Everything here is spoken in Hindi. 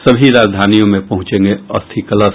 सभी राजधानियों में पहुंचेगे अस्थि कलश